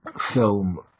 film